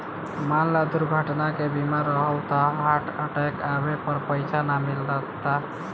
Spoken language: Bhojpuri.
मान ल दुर्घटना के बीमा रहल त हार्ट अटैक आवे पर पइसा ना मिलता